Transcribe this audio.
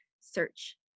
search